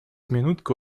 минутку